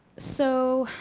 so